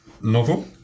novel